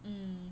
mm